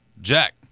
Jack